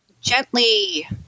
gently